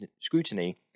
scrutiny